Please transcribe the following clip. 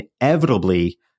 inevitably